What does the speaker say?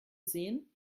sehen